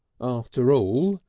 after all,